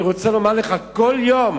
אני רוצה לומר לך, כל יום